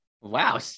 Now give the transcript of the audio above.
Wow